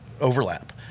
overlap